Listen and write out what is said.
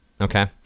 Okay